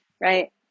right